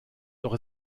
doch